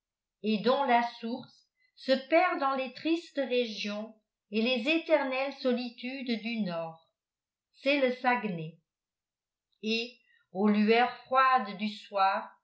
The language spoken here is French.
et dont la source se perd dans les tristes régions et les éternelles solitudes du nord c'est le saguenay et aux lueurs froides du soir